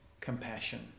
compassion